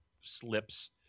slips